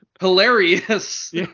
hilarious